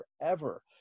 forever